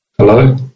Hello